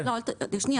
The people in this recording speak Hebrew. בסופו של